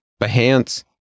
Behance